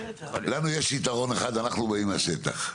לנו יש יתרון אחד אנחנו באים מהשטח.